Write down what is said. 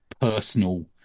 personal